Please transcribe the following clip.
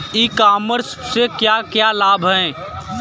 E commerce से क्या क्या लाभ हैं?